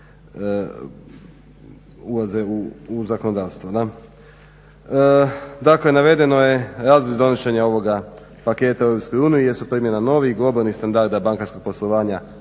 ulaze u zakonodavstvo. Dakle navedeno je razlog donošenja ovoga paketa u EU jesu primjena novih globalnih standarda bankarskog poslovanja